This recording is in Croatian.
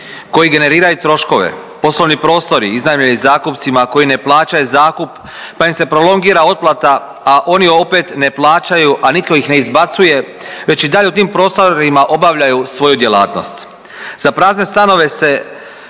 koji generiraju troškove, poslovni prostori iznajmljeni zakupcima koji ne plaćaju zakup, pa im se prolongira otplata, a oni opet ne plaćaju, a nitko ih ne izbacuje već i dalje u tim prostorima obavljaju svoju djelatnost. Za prazne stanove se